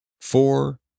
four